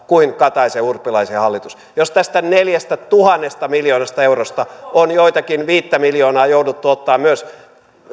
kuin kataisen urpilaisen hallitus jos tästä neljästätuhannesta miljoonasta eurosta on jotain viisi miljoonaa jouduttu ottamaan myös